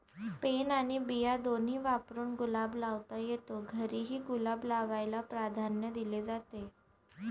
pen आणि बिया दोन्ही वापरून गुलाब लावता येतो, घरीही गुलाब लावायला प्राधान्य दिले जाते